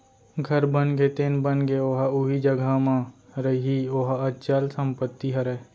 घर बनगे तेन बनगे ओहा उही जघा म रइही ओहा अंचल संपत्ति हरय